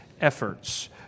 efforts